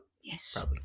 Yes